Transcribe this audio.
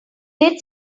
did